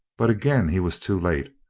but again he was too late.